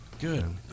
good